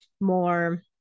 more